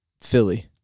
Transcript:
Philly